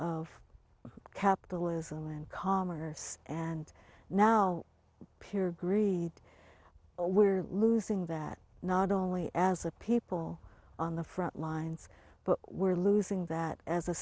of capitalism and commerce and now pure greed we're losing that not only as a people on the front lines but we're losing that as a